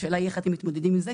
השאלה היא איך אתם מתמודדים עם זה.